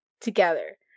together